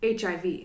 HIV